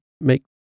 make